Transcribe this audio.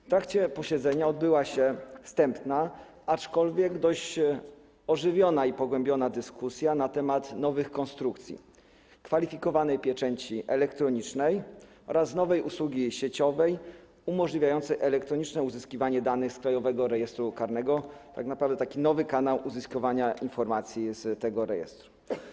W trakcie posiedzenia odbyła się wstępna, aczkolwiek dość ożywiona i pogłębiona, dyskusja na temat nowych konstrukcji kwalifikowanej pieczęci elektronicznej oraz nowej usługi sieciowej umożliwiającej elektroniczne uzyskiwanie danych z Krajowego Rejestru Karnego, tak naprawdę taki nowy kanał uzyskiwania informacji z tego rejestru.